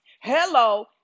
Hello